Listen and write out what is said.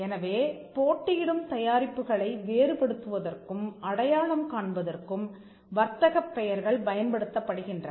எனவே போட்டியிடும் தயாரிப்புகளை வேறு படுத்துவதற்கும் அடையாளம் காண்பதற்கும் வர்த்தகப் பெயர்கள் பயன்படுத்தப்படுகின்றன